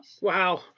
Wow